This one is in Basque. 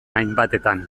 hainbatetan